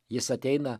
jis ateina